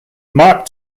mark